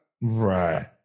Right